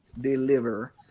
deliver